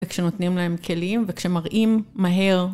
וכשנותנים להם כלים וכשמראים מהר.